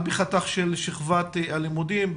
בחתך של שכבת הלימודים,